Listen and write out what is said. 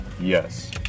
Yes